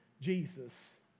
Jesus